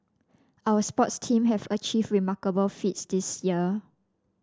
our sports team have achieved remarkable feats this year